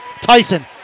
Tyson